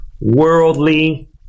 worldly